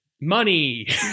money